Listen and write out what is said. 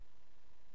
לבוא.